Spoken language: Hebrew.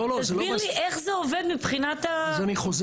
תסביר לי איך זה עובד מבחינת החשיבה.